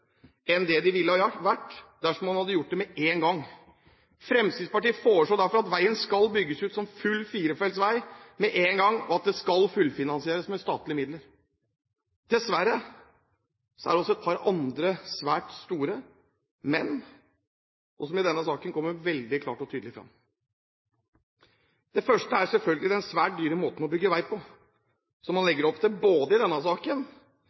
enn det de ville ha vært dersom man hadde gjort det med en gang. Fremskrittspartiet foreslår derfor at veien skal bygges ut som full firefelts vei med en gang, og at den skal fullfinansieres med statlige midler. Dessverre er det også et par andre svært store «men» som kommer svært klart og tydelig fram i denne saken. Det første er selvfølgelig den svært dyre måten å bygge vei på som man legger opp til i denne saken,